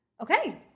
Okay